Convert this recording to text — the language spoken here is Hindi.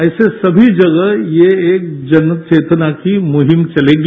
ऐसे सभी जगह ये एक जनचेतना की मुहिम चलेगी